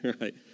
right